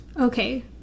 Okay